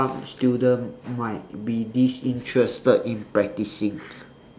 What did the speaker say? some student might be disinterested in practising